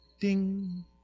ding